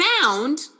Sound